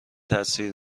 تاثیر